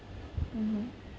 mmhmm